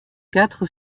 quatre